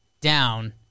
down